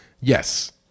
Yes